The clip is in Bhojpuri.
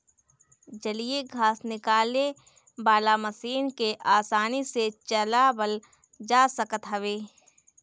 जलीय घास निकाले वाला मशीन के आसानी से चलावल जा सकत हवे